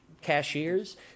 cashiers